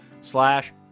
Slash